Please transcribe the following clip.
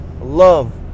love